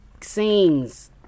scenes